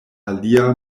alia